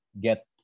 get